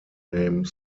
name